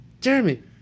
Jeremy